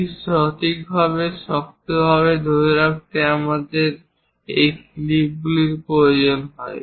এটি শক্তভাবে ধরে রাখতে আমাদের এই ক্লিপগুলির প্রয়োজন হয়